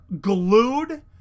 glued